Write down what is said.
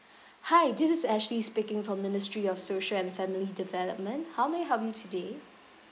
hi this is ashley speaking from ministry of social and family development how may I help you today